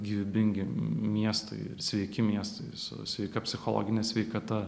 gyvybingi miestai ir sveiki miestai su sveika psichologine sveikata